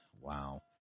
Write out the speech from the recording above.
Wow